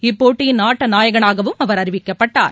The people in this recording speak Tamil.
இப்போட்டியின் ஆட்டநாயகனாகவும் அவர் அறிவிக்கப்பட்டார்